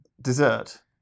Dessert